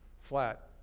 flat